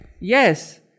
Yes